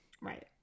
Right